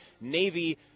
Navy